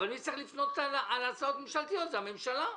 מי שצריך לפנות על הצעות ממשלתיות זו הממשלה,